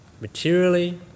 materially